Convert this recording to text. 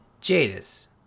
Jadis